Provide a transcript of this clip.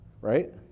right